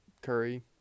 Curry